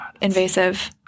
invasive